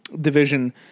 division